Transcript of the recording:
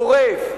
גורף,